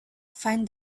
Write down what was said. find